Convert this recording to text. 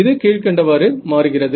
இது கீழ்கண்டவாறு மாறுகிறது